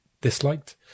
disliked